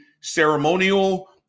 ceremonial